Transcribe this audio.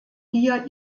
hier